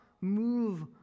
move